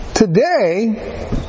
today